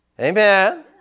Amen